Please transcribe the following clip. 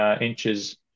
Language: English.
inches